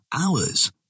Hours